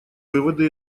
выводы